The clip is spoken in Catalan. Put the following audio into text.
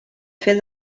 fer